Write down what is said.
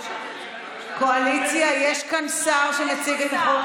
וונדרוומן, קואליציה, יש כאן שר שמציג את החוק?